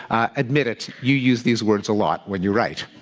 admit it, you use these words a lot when you write.